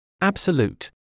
Absolute